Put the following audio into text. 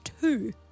two